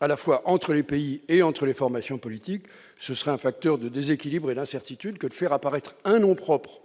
à la fois entre les pays et entre les formations politiques, ce serait un facteur de déséquilibre et d'incertitude que de faire apparaître un nom propre